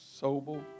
Sobel